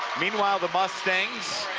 meanwhile, the mustangs